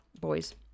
boys